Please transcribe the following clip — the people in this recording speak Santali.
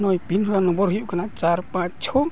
ᱱᱚᱜᱼᱚᱭ ᱦᱩᱭᱩᱜ ᱠᱟᱱᱟ ᱪᱟᱨ ᱯᱟᱸᱪ ᱪᱷᱚ